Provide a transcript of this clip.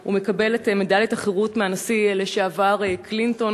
הוא מקבל את מדליית החירות מהנשיא לשעבר קלינטון,